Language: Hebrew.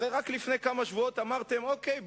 הרי רק לפני כמה שבועות אמרתם: אוקיי.